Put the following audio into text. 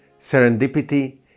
serendipity